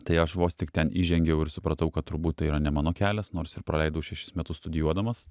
tai aš vos tik ten įžengiau ir supratau kad turbūt tai yra ne mano kelias nors ir praleidau šešis metus studijuodamas